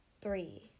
three